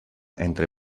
entre